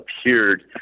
appeared